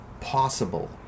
possible